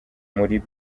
muri